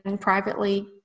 privately